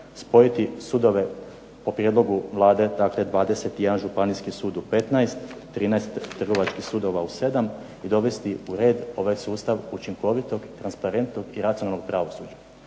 spojiti sudove po prijedlogu Vlade, dakle 21 županijski sud u 15, 13 trgovačkih sudova u 7 i dovesti u red ovaj sustav učinkovito, transparentno i racionalnom pravosuđu.